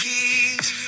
Keys